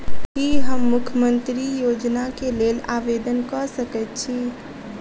की हम मुख्यमंत्री योजना केँ लेल आवेदन कऽ सकैत छी?